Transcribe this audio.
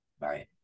Right